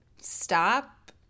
stop